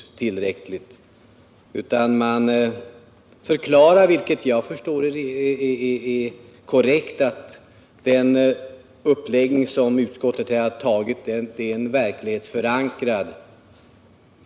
Utskottet förklarar i stället vilket jag förstår är korrekt att utskottets uppläggning är verklighetsförankrad.